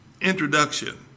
introduction